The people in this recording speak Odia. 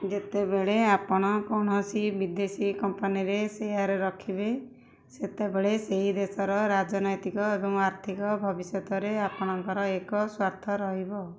ଯେତେବେଳେ ଆପଣ କୌଣସି ବିଦେଶୀ କମ୍ପାନୀରେ ସେୟାର୍ ରଖିବେ ସେତେବେଳେ ସେହି ଦେଶର ରାଜନୈତିକ ଏବଂ ଆର୍ଥିକ ଭବିଷ୍ୟତରେ ଆପଣଙ୍କର ଏକ ସ୍ୱାର୍ଥ ରହିବ